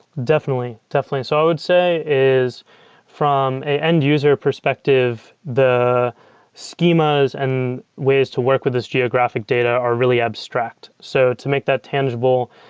definitely. definitely. so i would say, is from an end-user perspective, the schemas and ways to work with this geographic data are really abstract. so to make that tangible,